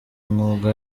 umwuga